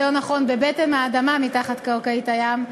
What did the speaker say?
יותר נכון בבטן האדמה מתחת קרקעית הים,